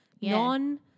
non